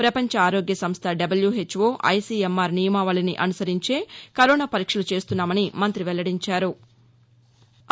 ప్రపంచ ఆరోగ్య సంస్ట డబ్లూహెచ్వో ఐసీఎంఆర్ నియమావళిని అనుసరించే కరోనా పరీక్షలు చేస్తున్నామని మంగ్రి వెల్లడించారు